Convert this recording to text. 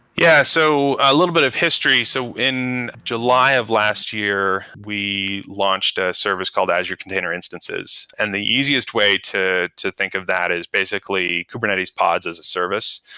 yeah. so a little bit of history. so in july of last year we launched ah a a service called azure container instances, and the easiest way to to think of that is basically kubernetes pods as a service.